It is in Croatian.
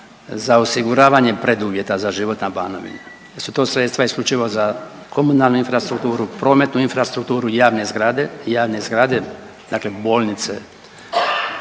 za osiguravanje preduvjeta za život na Banovini, da su to sredstva isključivo za komunalnu infrastrukturu, prometnu infrastrukturu, javne zgrade, javne